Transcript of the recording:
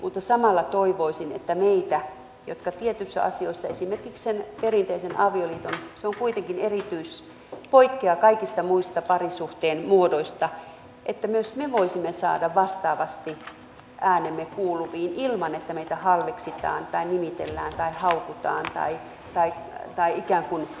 mutta samalla toivoisin että myös me tietyissä asioissa esimerkiksi sen perinteisen avioliiton suhteen se on kuitenkin erityinen ja poikkeaa kaikista muista parisuhteen muodoista voisimme saada vastaavasti äänemme kuuluviin ilman että meitä halveksitaan tai nimitellään tai haukutaan tai ikään kuin siirretään tuonne muinaiselle jääkaudelle